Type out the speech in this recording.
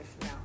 now